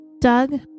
Doug